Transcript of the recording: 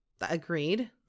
Agreed